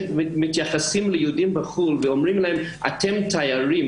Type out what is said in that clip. כשמתייחסים ליהודים בחוץ לארץ ואומרים להם אתם תיירים,